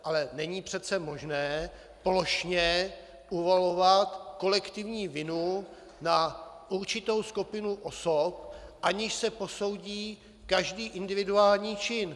Ale není přece možné plošně uvalovat kolektivní vinu na určitou skupinu osob, aniž se posoudí každý individuální čin.